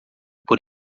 por